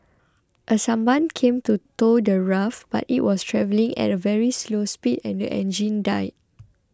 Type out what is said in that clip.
a sampan came to tow the raft but it was travelling at a very slow speed and the engine died